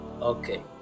okay